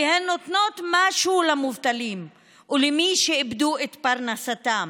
כי הן נותנות משהו למובטלים ולמי שאיבדו את פרנסתם,